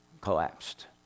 collapsed